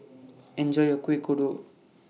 Enjoy your Kuih Kodok